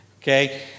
Okay